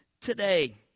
today